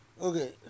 Okay